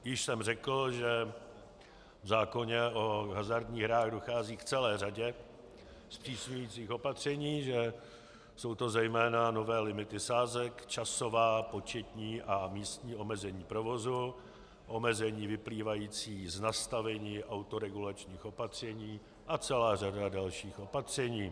Již jsem řekl, že v zákoně o hazardních hrách dochází k celé řadě zpřísňujících opatření, že jsou to zejména nové limity sázek, časová, početní a místní omezení provozu, omezení vyplývající z nastavení autoregulačních opatření a celá řada dalších opatření.